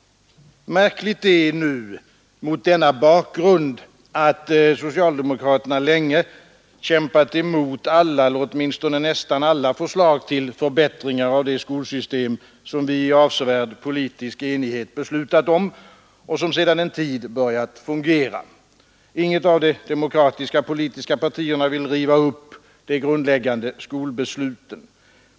Märkligt är mot denna bakgrund att socialdemokraterna länge kämpat emot alla eller åtminstone nästan alla förslag till förbättringar av det skolsystem som vi i avsevärd politisk enighet beslutat om och som sedan en tid börjat fungera. Inget av de demokratiska politiska partierna vill riva upp de grundläggande skolbesluten.